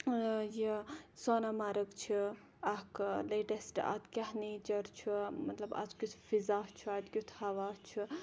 یہِ سونامَرٕگ چھِ اَکھ لیٹیٚسٹ اَتہِ کیاہ نیچَر چھُ مَطلَب اَتھ کِیُتھ فِضا چھُ اَتہِ کِیُتھ ہَوا چھُ